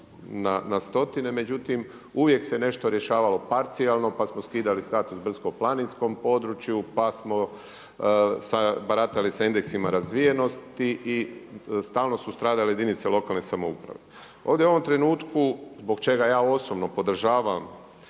na stotine međutim uvijek se nešto rješavalo parcijalno pa smo skidali status brdsko-planinskog području, pa smo baratali sa indeksima razvijenosti i stalnu su stradale jedinice lokalne samouprave. Ovdje u ovom trenutku zbog čega ja osobno podržavam